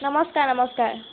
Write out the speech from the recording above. নমস্কাৰ নমস্কাৰ